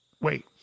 Wait